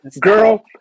girl